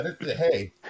Hey